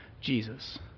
Jesus